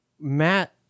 Matt